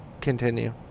continue